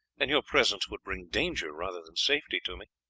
and your presence would bring danger rather than safety to me.